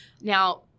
now